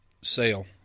sale